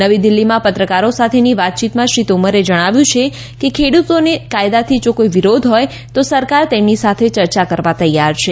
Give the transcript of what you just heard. નવી દિલ્ફીમાં પત્રકારો સાથેની વાતચીતમાં શ્રી તોમરે જણાવ્યું કે ખેડૂતોને જો કાયદાથી કોઇ વિરોધ હોય તો સરકાર તેમની સાથે યર્ચા કરવા તૈયાર છે